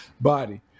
body